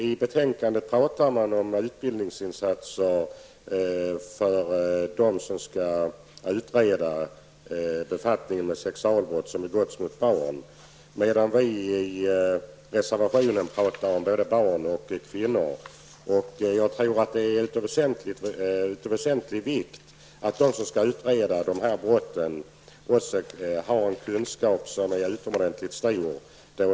I betänkandet talar man om utbildningsinsatser för dem som skall utreda sexualbrott som begåtts mot barn, medan vi i reservationen talar om både barn och kvinnor. Det är väsentligt att de som skall utreda dessa brott har en kunskap som är mycket stor.